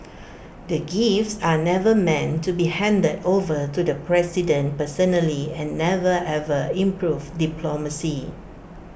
the gifts are never meant to be handed over to the president personally and never ever improved diplomacy